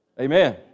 Amen